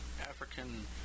African